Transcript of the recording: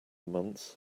months